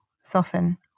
soften